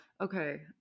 okay